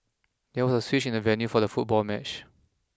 there was a switch in the venue for the football match